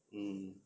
mm